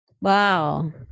Wow